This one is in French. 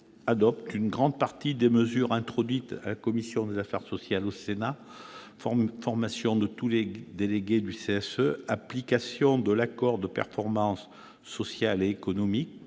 adopte une grande partie des mesures introduites par la commission des affaires sociales du Sénat : formation de tous les délégués du CSE, maintien de l'appellation de l'accord de performance sociale et économique,